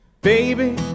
Baby